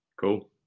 cool